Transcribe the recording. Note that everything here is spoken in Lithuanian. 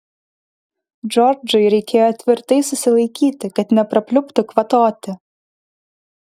džordžui reikėjo tvirtai susilaikyti kad neprapliuptų kvatoti